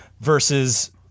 versus